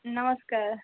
ନମସ୍କାର